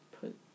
put